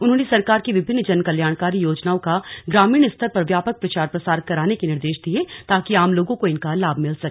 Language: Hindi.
उन्होंने सरकार की विभिन्न जन कल्याणकारी योजनाओं का ग्रामीण स्तर पर व्यापक प्रचार प्रसार कराने के निर्देश दिए ताकि आम लोगों को इनका लाभ मिल सके